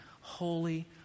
holy